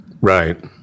right